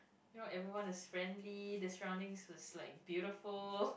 you know everyone is friendly the surroundings is like beautiful